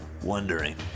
wondering